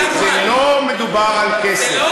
לא מדובר על כסף.